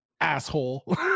asshole